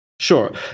Sure